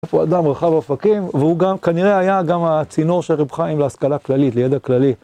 הוא אדם רחב אופקים, והוא גם כנראה היה גם הצינור של רב חיים להשכלה כללית, לידע כללי.